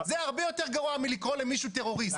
זה הרבה יותר גרוע מאשר לקרוא למישהו טרוריסט,